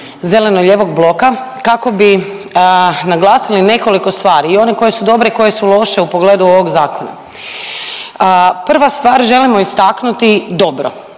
Zeleno-lijevog bloka kako bi naglasili nekoliko stvari i one koje su dobre i one koje su loše u pogledu ovog zakona. Prva stvar, želimo istaknuti dobro,